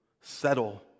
settle